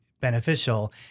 beneficial